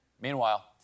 Meanwhile